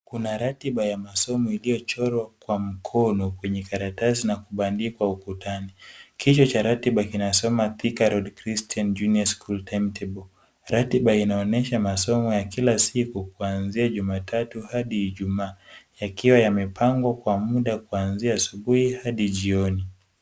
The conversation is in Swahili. Kuna ratiba ya masomo iliyochorwa kwa mkono kwenye karatasi na kubandikwa ukutani. Kichwa cha ratiba kinasema Thika Road Christian Juniour School Timetable . Ratiba inaonyesha masomo ya kila siku kuanzia Jumatatu hadi Ijumaa. Yakiwa yamepangwa kwa muda, kuanzia asubuhi hadi jioni.